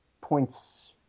points